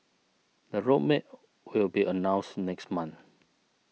the road map will be announced next month